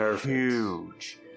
huge